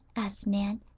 asked nan.